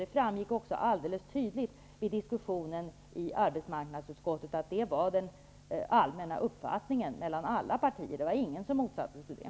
Det framgick också tydligt vid diskussionen i arbetsmarknadsutskottet att det var den allmänna uppfattningen i alla partier -- ingen motsatte sig det.